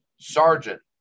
Sergeant